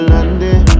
London